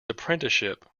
apprenticeship